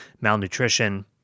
malnutrition